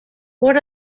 what